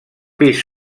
pis